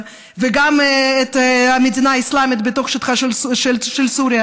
וגם את המדינה האסלאמית בתוך שטחה של סוריה?